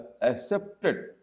accepted